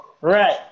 right